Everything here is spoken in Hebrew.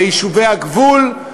ביישובי הגבול,